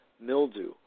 mildew